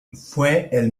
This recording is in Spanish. fue